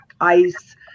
ice